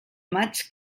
maig